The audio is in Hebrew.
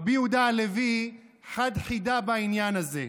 רבי יהודה הלוי חד חידה בעניין הזה.